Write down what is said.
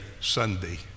Sunday